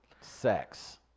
sex